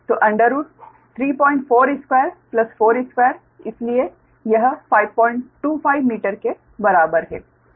तो अंडररूट 342 42 इसलिए यह 525 मीटर के बराबर है